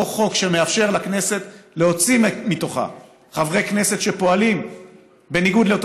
אותו חוק שמאפשר לכנסת להוציא מתוכה חברי כנסת שפועלים בניגוד לאותה